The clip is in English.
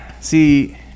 See